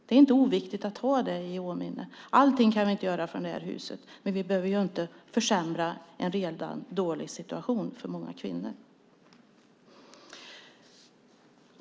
Det är inte oviktigt att ha det i åminnelse. Allting kan vi inte göra från det här huset, men vi behöver inte försämra en redan dålig situation för många kvinnor.